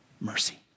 mercy